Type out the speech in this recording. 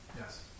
Yes